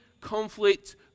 conflict